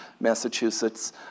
Massachusetts